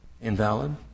invalid